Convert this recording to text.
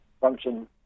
function